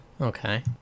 Okay